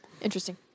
Interesting